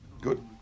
Good